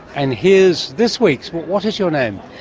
and here's this week's. what is your name?